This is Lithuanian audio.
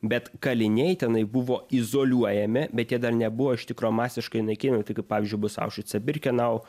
bet kaliniai tenai buvo izoliuojami bet jie dar nebuvo iš tikro masiškai naikinami taip kaip pavyzdžiui bus aušvice birkenau